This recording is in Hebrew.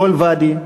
כל ואדי,